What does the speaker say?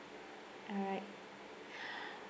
alright